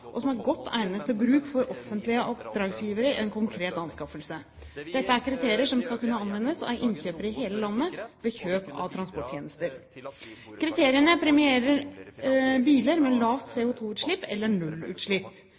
og som er godt egnet til bruk for offentlige oppdragsgivere i en konkret anskaffelse. Dette er kriterier som skal kunne anvendes av innkjøpere i hele landet ved kjøp av transporttjenester. Kriteriene premierer biler med lavt CO2-utslipp eller nullutslipp.